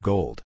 Gold